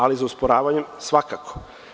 Ali, za usporavanjem, svakako.